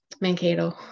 Mankato